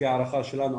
לפי הערכה שלנו,